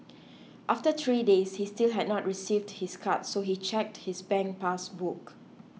after three days he still had not received his card so he checked his bank pass book